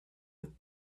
you